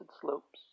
slopes